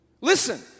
Listen